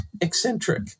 eccentric